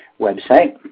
website